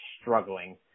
struggling